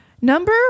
Number